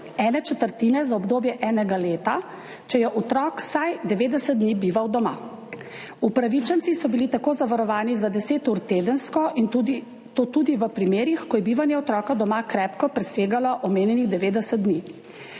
ene četrtine za obdobje enega leta, če je otrok vsaj 90 dni bival doma. Upravičenci so bili tako zavarovani za deset ur tedensko in to tudi v primerih, ko je bivanje otroka doma krepko presegalo omenjenih 90 dni.